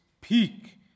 peak